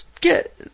get